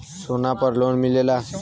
सोना पर लोन मिलेला?